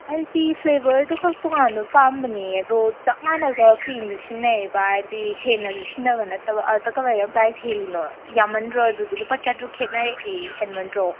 ꯑꯩꯗꯤ ꯐ꯭ꯂꯦꯕꯔꯗꯨ ꯈꯛ ꯇꯣꯡꯉꯥꯟꯕ ꯄꯥꯝꯕꯅꯦ ꯑꯗꯣ ꯆꯞ ꯃꯥꯟꯅꯕ ꯀ꯭ꯔꯤꯝꯗꯨ ꯁꯤꯖꯤꯟꯅꯩꯕ ꯍꯥꯏꯗꯤ ꯍꯦꯟꯅꯁꯨ ꯁꯤꯖꯤꯟꯅꯕ ꯅꯠꯇꯕ ꯑꯗꯨꯗ ꯀꯃꯥꯏꯅ ꯄ꯭ꯔꯥꯏꯁ ꯍꯦꯜꯂꯤꯅꯣ ꯌꯥꯝꯃꯟꯗ꯭ꯔꯣ ꯑꯗꯨꯗꯤ ꯂꯨꯄꯥ ꯆꯥꯇ꯭ꯔꯨꯛ ꯈꯦꯠꯅꯔꯛꯑꯦ ꯍꯦꯟꯃꯟꯗ꯭ꯔꯣ